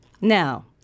Now